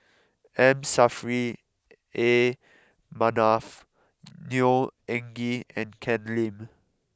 M Saffri A Manaf Neo Anngee and Ken Lim